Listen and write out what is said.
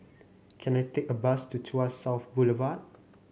can I take a bus to Tuas South Boulevard